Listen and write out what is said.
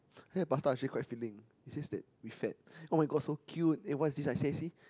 I had pasta actually quite filling is just that we fat [oh]-my-god so cute eh what is this I see I see